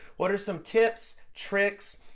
what are some tips, tricks,